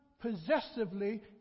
possessively